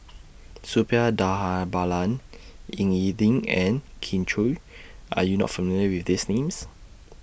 Suppiah Dhanabalan Ying E Ding and Kin Chui Are YOU not familiar with These Names